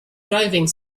driving